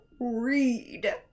read